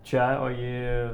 čia o ji